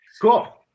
cool